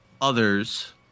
others